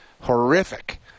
horrific